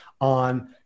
on